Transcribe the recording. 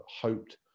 hoped